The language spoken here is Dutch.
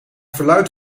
verluidt